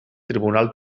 tribunal